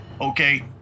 okay